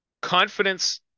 Confidence